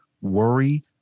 worry